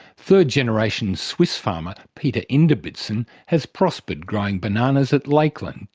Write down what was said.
third-generation swiss farmer peter inderbitzin has prospering growing bananas at lakeland,